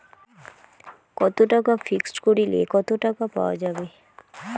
কত টাকা ফিক্সড করিলে কত টাকা পাওয়া যাবে?